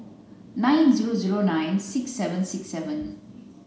nine zero zero nine six seven six seven